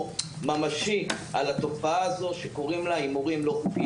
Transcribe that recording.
ממשי על התופעה הזו שקוראים לה הימורים לא חוקיים.